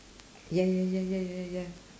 ya ya ya ya ya ya